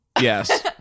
Yes